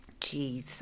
Jeez